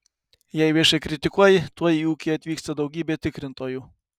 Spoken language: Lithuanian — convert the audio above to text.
jei viešai kritikuoji tuoj į ūkį atvyksta daugybė tikrintojų